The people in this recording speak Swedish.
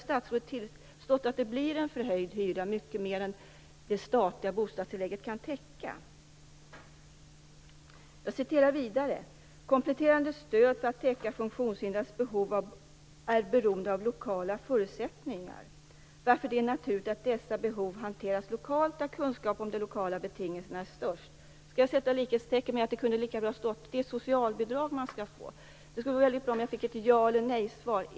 Statsrådet tillstår ju att det blir en förhöjd hyra som blir högre än vad det statliga bostadstillägget kan täcka. Jag citerar vidare: "Kompletterande stöd för att täcka funktionshindrades behov är beroende av lokala förutsättningar varför det är naturligt att dessa behov hanteras lokalt där kunskapen om de lokala betingelserna är störst." Kan jag då sätta likhetstecken med att det är socialbidrag som skall betalas ut? Det vore bra om jag fick ett ja eller nej på den frågan.